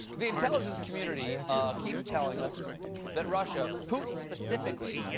the intelligence community keeps telling us that russia, putin specifically,